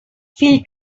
fill